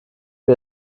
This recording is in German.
wir